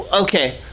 okay